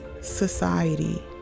society